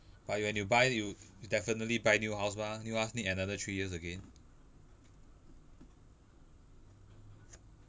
but you when you buy you you definitely buy new house mah new house need another three years again